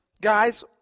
guys